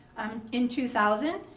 in two thousand,